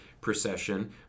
procession